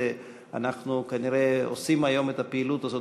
אנחנו כנראה עושים היום את הפעילות הזאת